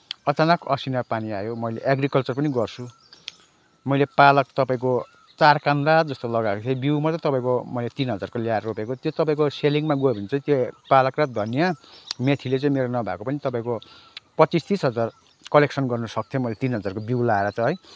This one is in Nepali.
अचानक असिना पानी आयो मैले एग्रिकल्चर पनि गर्छु मैले पालक तपाईँको चार कान्ला जस्तो लगाएको थिएँ बिउँ मात्रै मैले तपाईँको मैले तिन हजार ल्याएर रोपेको थिएँ त्यो तपाईँको सेलिङमा गयो भने चाहिँ त्यो पालक र धनियाँ मेथीले मेरो नभएको पनि तपाईँको पच्चिस तिस हजार कलेक्सन गर्न सक्थेँ मैले तिन हजारको बिउ लगाएर चाहिँ है